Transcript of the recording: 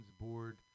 board